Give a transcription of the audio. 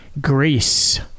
Greece